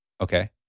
Okay